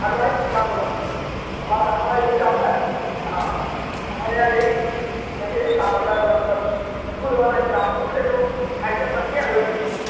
हलवाई की दुकान पर बनती है हमारा हमारा यही काम ही है हाँ हमारे यहाँ यही हाँ यही काम होता है वा बस दूध वाला ही काम है दूध से जो आइटम बनते हैं वही चीज है